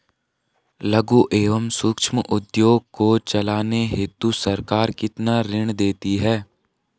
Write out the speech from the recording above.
लघु एवं सूक्ष्म उद्योग को चलाने हेतु सरकार कितना ऋण देती है?